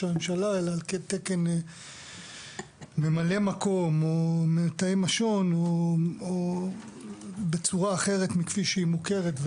הממשלה אלא על תקן ממלא מקום או מתאם בצורה אחרת מכפי שהיא מוכרת,